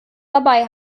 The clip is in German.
dabei